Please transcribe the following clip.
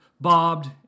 bobbed